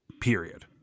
Period